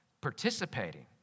participating